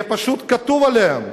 יהיה פשוט כתוב עליהם.